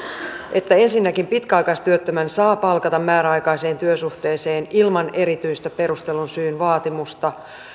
että pitkäaikaistyöttömän saa palkata määräaikaiseen työsuhteeseen ilman erityistä perustellun syyn vaatimusta